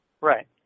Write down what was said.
Right